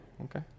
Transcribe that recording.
Okay